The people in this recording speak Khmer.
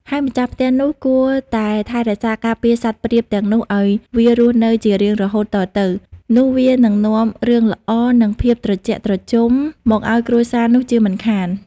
ហើយម្ចាស់ផ្ទះនោះ គួរតែថែរក្សាការពារសត្វព្រាបទាំងនោះឱ្យវារស់នៅជារៀងរហូតតទៅ នោះវានឹងនាំរឿងល្អ និងភាពត្រជាក់ត្រជុំមកឲ្យគ្រួសារនោះជាមិនខាន។